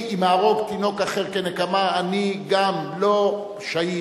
אני אם אהרוג תינוק אחר כנקמה, אני גם לא שהיד,